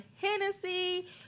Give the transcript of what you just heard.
Hennessy